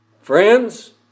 Friends